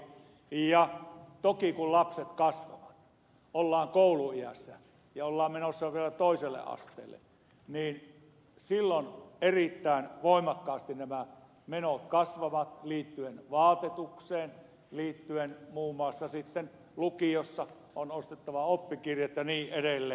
toki kun lapset kasvavat ollaan kouluiässä ja ollaan menossa vielä toiselle asteelle silloin erittäin voimakkaasti nämä menot kasvavat liittyen muun muassa vaatetukseen ja sitten lukiossa on ostettava oppikirjat ja niin edelleen